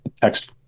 text